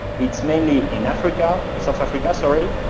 it's mainly in africa. south africa, sorry.